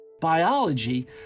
biology